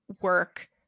work